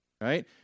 right